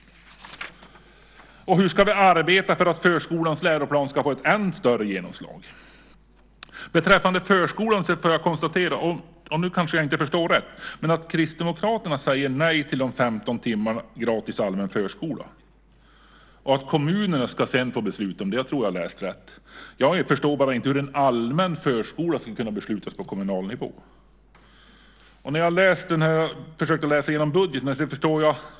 Och hur ska vi arbeta för att förskolans läroplan ska få ett än större genomslag? Beträffande förskolan konstaterar jag - nu kanske jag inte förstår rätt - att Kristdemokraterna säger nej till de gratis 15 timmarna allmän förskola. Kommunerna ska sedan få besluta om det. Jag tror att jag har läst rätt. Jag förstår bara inte hur en allmän förskola ska kunna beslutas på kommunal nivå. Jag försökte läsa igenom budgeten.